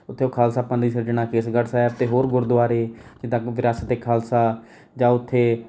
ਉੱਥੇ ਖਾਲਸਾ ਪੰਥ ਦੀ ਸਿਰਜਣਾ ਕੇਸਗੜ੍ਹ ਸਾਹਿਬ ਅਤੇ ਹੋਰ ਗੁਰਦੁਆਰੇ ਜਿੱਦਾਂ ਕਿ ਵਿਰਾਸਤ ਏ ਖਾਲਸਾ ਜਾਂ ਉੱਥੇ